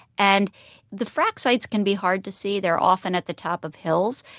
and the frack sites can be hard to see. there often at the top of hills,